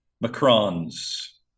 macrons